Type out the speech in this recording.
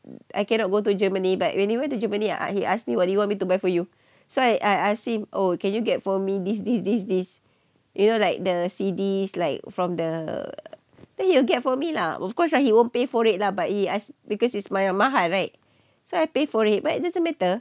I cannot go to germany but when he went to germany and he asked me what do you want me to buy for you so I I ask him oh can you get for me this this this this you know like the C_Ds like from the then he will get for me lah of course lah he won't pay for it lah but because it's my mahal right so I pay for it but it doesn't matter